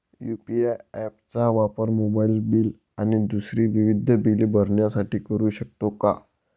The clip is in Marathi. यू.पी.आय ॲप चा वापर मोबाईलबिल आणि दुसरी विविध बिले भरण्यासाठी करू शकतो का?